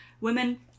women